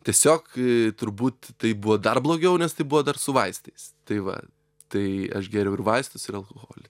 tiesiog turbūt tai buvo dar blogiau nes tai buvo dar su vaistais tai va tai aš gėriau ir vaistus ir alkoholį